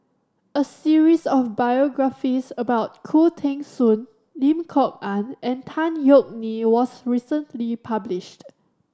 a series of biographies about Khoo Teng Soon Lim Kok Ann and Tan Yeok Nee was recently published